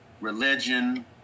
religion